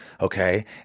okay